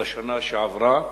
בשנה שעברה,